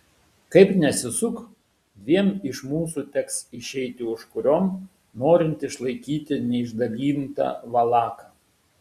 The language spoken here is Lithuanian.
kaip nesisuk dviem iš mūsų teks išeiti užkuriom norint išlaikyti neišdalintą valaką